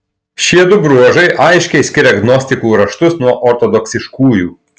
šiedu bruožai aiškiai skiria gnostikų raštus nuo ortodoksiškųjų